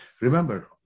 remember